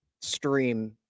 stream